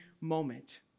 moment